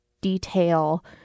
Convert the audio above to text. detail